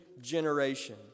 generation